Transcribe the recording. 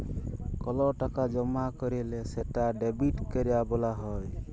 call টাকা জমা ক্যরলে সেটা ডেবিট ক্যরা ব্যলা হ্যয়